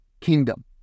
kingdom